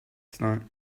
tonight